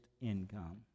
income